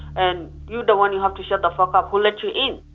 and you the one who have to shut the fuck up, who let you in?